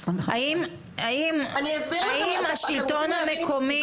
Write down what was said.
האם השלטון המקומי,